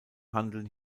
handeln